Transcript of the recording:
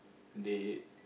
they